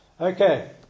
Okay